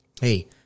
Hey